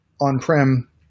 on-prem